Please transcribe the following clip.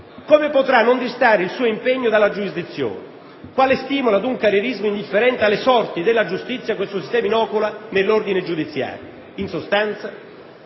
Come potrà non distrarre il suo impegno dalla giurisdizione? Quale stimolo ad un carrierismo indifferente alle sorti della giustizia questo sistema inocula nell'ordine giudiziario? In sostanza,